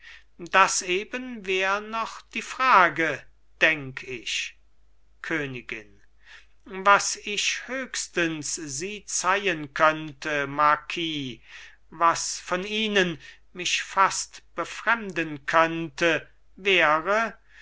das eben wär noch die frage denk ich königin was ich höchstens sie zeihen könnte marquis was von ihnen mich fast befremden könnte wäre